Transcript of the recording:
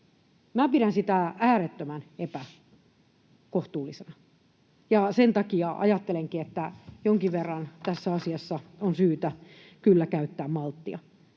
pidän sitä äärettömän epäkohtuullisena. Sen takia ajattelenkin, että jonkin verran tässä asiassa on syytä kyllä käyttää malttia.